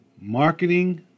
Marketing